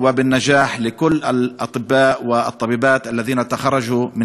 להלן תרגומם: המון מזל טוב והצלחה לכל הרופאים והרופאות שסיימו את